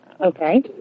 Okay